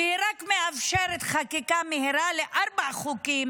והיא רק מאפשרת חקיקה מהירה לארבעה חוקים